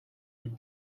with